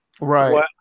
Right